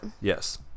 yes